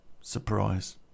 surprise